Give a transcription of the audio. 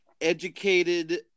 educated